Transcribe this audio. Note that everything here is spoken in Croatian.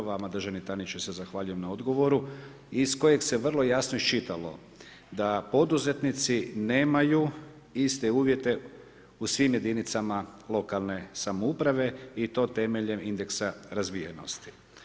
Vama državni tajniče se zahvaljujem na odgovoru iz kojeg se vrlo jasno iščitalo da poduzetnici nemaju iste uvjete u svim jedinicama lokalne samouprave i to temeljem indeksa razvijenosti.